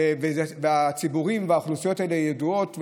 הציבורים והאוכלוסיות האלה ידועים,